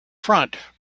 front